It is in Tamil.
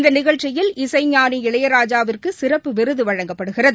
இந்தநிகழ்ச்சியில் இசைஞானி இளையராஜவிற்குசிறப்பு விருதுவழங்கப்படுகிறது